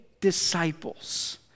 disciples